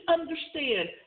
understand